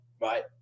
right